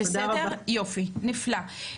יופי, נפלא.